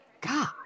God